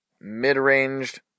mid-ranged